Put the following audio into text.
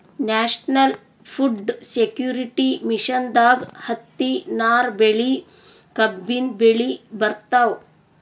national food security ಮಿಷನ್ದಾಗ್ ಹತ್ತಿ, ನಾರ್ ಬೆಳಿ, ಕಬ್ಬಿನ್ ಬೆಳಿ ಬರ್ತವ್